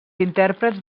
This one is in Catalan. intèrprets